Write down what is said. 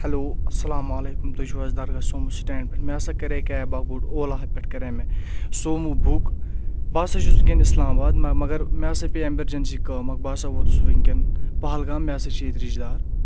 hello اَسلام علیکُم تُہۍ چھِو حظ درگاہ سوموٗ سٹینٛڈ پؠٹھ مےٚ ہَسا کَرے کیب اکھ بوٚڑ اولاہا پؠٹھ کَرے مےٚ سومو بُک بہٕ ہَسا چھُس وٕنکؠن اِسلام آباد مگر مےٚ ہَسا پیٚیہِ ایٚمَرجَنسی کٲم بہٕ ہَسا ووتُس وٕنکؠن پہلگام مےٚ ہَسا چھِ ییٚتہِ رِشتہٕ دار